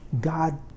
God